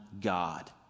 God